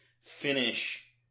finish